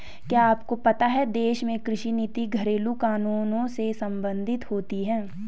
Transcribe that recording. क्या आपको पता है देश में कृषि नीति घरेलु कानूनों से सम्बंधित होती है?